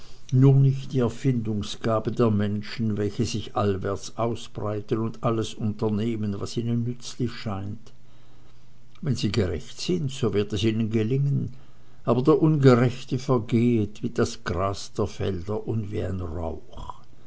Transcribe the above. nur nicht die erfindungsgabe der menschen welche sich allwärts ausbreiten und alles unternehmen was ihnen nützlich scheint wenn sie gerecht sind so wird es ihnen gelingen aber der ungerechte vergehet wie das gras der felder und wie ein rauch